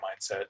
mindset